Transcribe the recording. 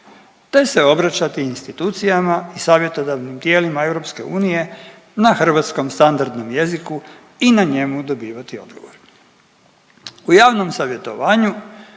te se obraćati institucijama i savjetodavnim tijelima EU na hrvatskom standardnom jeziku i na njemu dobivati odgovore. U javnom savjetovanju